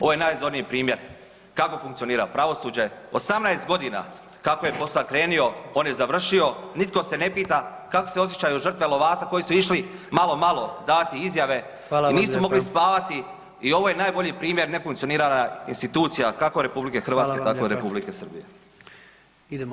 Ovo je najuzorniji primjer kako funkcionira pravosuđe, 18.g. kako je posao krenuo on je završio, nitko se ne pita kako se osjećaju žrtve Lovasa koji su išli malo malo dati izjave [[Upadica: Hvala vam lijepo]] nisu mogli spavati i ovo je najbolji primjer nefunkcioniranja institucija, kako RH tako i Republike Srbije.